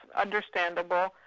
understandable